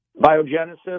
biogenesis